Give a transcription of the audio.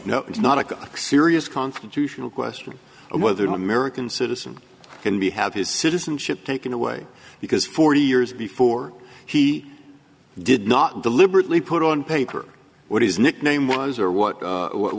so no it's not a serious constitutional question of whether an american citizen can be have his citizenship taken away because forty years before he did not deliberately put on paper what his nickname was or what or what